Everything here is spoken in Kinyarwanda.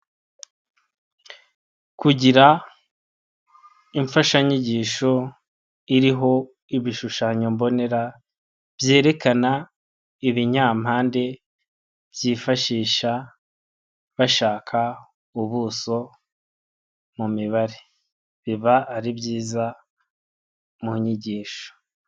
Kugira imfashanyigisho iriho ibishushanyo mbonera byerekana ibinyampande byifashisha bashaka ubuso mu mibare, biba ari byiza mu nyigisho.